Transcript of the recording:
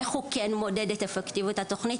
איך הוא כן מודד את אפקטיביות התוכנית,